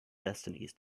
destinies